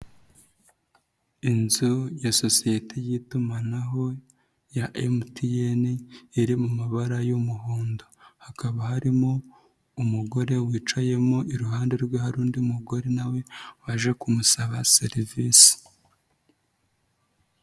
Inzu ya sosiyete y'itumanaho ya Emutiyeni iri mu mabara y'umuhondo. hakaba harimo umugore wicayemo iruhande rwe hari undi mugore nawe waje kumusaba serivisi.